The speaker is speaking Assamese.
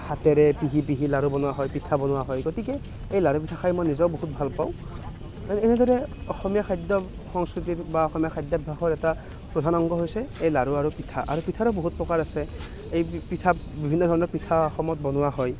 হাতেৰে পিহি পিহি লাড়ু বনোৱা হয় পিঠা বনোৱা হয় গতিকে এই লাড়ু পিঠা খাই মই নিজেও বহুত ভাল পাওঁ আৰু এনেদৰে অসমীয়া খাদ্য সংস্কৃতিৰ বা অসমীয়া খাদ্যাভাসৰ এটা প্ৰধান অংগ হৈছে এই লাড়ু আৰু পিঠা আৰু পিঠাৰো বহুত প্ৰকাৰ আছে এই পিঠাত বিভিন্ন ধৰণৰ পিঠা অসমত বনোৱা হয়